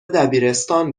دبیرستان